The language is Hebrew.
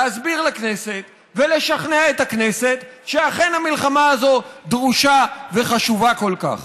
להסביר לכנסת ולשכנע את הכנסת שאכן המלחמה הזו דרושה וחשובה כל כך.